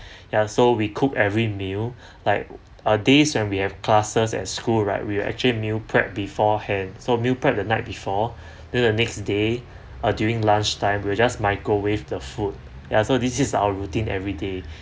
ya so we cook every meal like uh days when we have classes at school right we will actually meal prep beforehand so meal prep the night before then the next day uh during lunchtime we were just microwave the food yeah so this is our routine every day